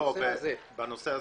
לא, בנושא הזה.